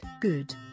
good